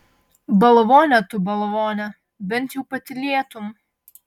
balvone tu balvone bent jau patylėtum